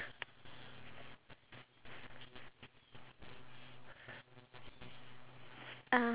I don't think so because I think the sugar is being compressed by something and then that's why it stays